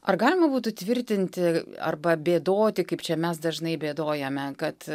ar galima būtų tvirtinti arba bėdoti kaip čia mes dažnai bėdojame kad